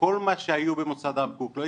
כל מה שהיה במוסד הרב קוק, יש